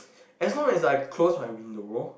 as long as I close my window